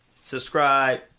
Subscribe